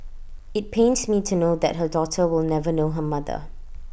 IT pains me to know that her daughter will never know her mother